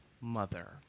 mother